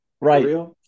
right